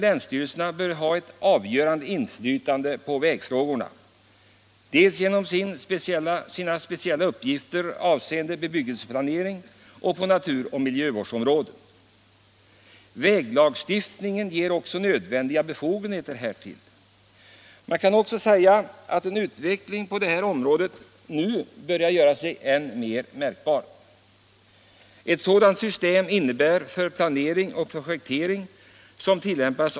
Länsstyrelserna bör på grund av sina speciella uppgifter beträffande bebyggelseplanering och på natur och miljövårdsområdena ha ett avgörande inflytande på den regionala planeringen av vägarna. Väglagstiftningen ger dem också de nödvändiga befogenheterna. En utveckling på det här området börjar nu också göra sig märkbar.